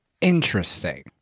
Interesting